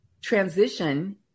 transition